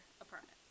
apartment